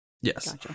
Yes